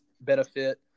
benefit